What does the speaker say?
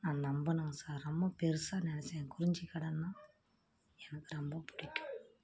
நான் நம்பினோம் சார் ரொம்ப பெருசாக நினச்சேன் குறிஞ்சி கடைன்னா எனக்கு ரொம்ப பிடிக்கும்